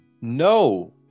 No